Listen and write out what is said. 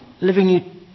Living